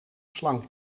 slang